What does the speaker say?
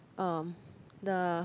um the